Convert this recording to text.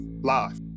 live